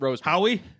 Howie